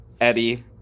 Eddie